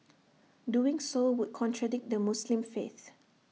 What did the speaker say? doing so would contradict the Muslim faith